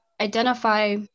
identify